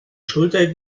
schulter